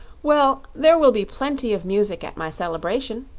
well, there will be plenty of music at my celebration,